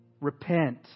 Repent